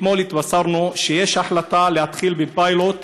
אתמול התבשרנו שיש החלטה להתחיל בפיילוט,